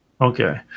Okay